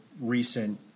recent